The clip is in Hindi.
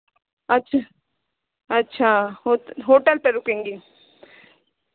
अच्छा अच्छा होट होटल पर रुकेंगी